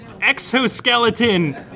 exoskeleton